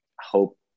hope